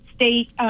state